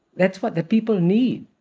that's what the people need.